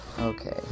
Okay